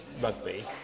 rugby